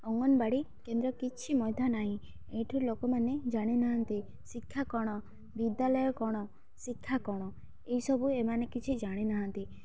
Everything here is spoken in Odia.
ଅଙ୍ଗନବାଡ଼ି କେନ୍ଦ୍ର କିଛି ମଧ୍ୟ ନାହିଁ ଏଇଠୁ ଲୋକମାନେ ଜାଣି ନାହାନ୍ତି ଶିକ୍ଷା କ'ଣ ବିଦ୍ୟାଳୟ କ'ଣ ଶିକ୍ଷା କ'ଣ ଏଇସବୁ ଏମାନେ କିଛି ଜାଣିନାହାନ୍ତି